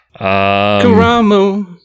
Karamu